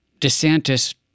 DeSantis